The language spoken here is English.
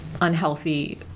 unhealthy